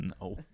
No